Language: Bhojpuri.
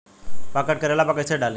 पॉकेट करेला पर कैसे डाली?